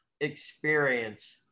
experience